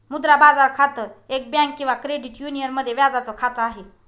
मुद्रा बाजार खातं, एक बँक किंवा क्रेडिट युनियन मध्ये व्याजाच खात आहे